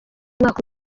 umwaka